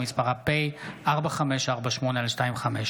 שמספרה פ/4548/25.